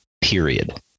period